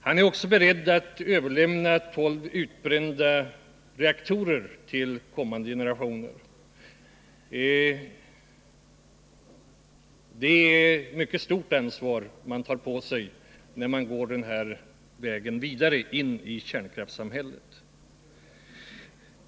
Han är också beredd att acceptera att tolv utbrända reaktorer överlämnas till kommande generationer. Det är ett mycket stort ansvar man tar på sig när man går vidare på denna väg in i ett kärnkraftssamhälle.